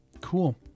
Cool